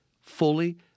fully